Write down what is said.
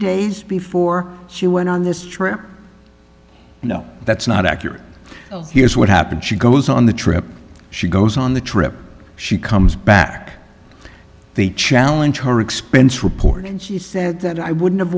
days before she went on this trip no that's not accurate here's what happened she goes on the trip she goes on the trip she comes back the challenge her expense report she said that i wouldn't have